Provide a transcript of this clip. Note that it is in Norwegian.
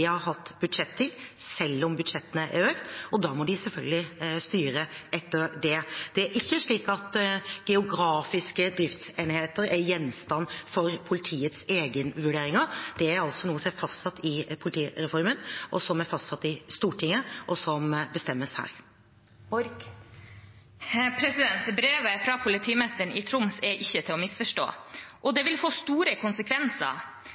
har hatt budsjett til, selv om budsjettene er økt, og da må de selvfølgelig styre etter det. Det er ikke slik at geografiske driftsenheter er gjenstand for politiets egne vurderinger, det er noe som er fastsatt i politireformen, og som er fastsatt i Stortinget, og som bestemmes her. Brevet fra politimesteren i Troms er ikke til å misforstå, og det vil få store konsekvenser.